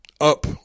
Up